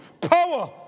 power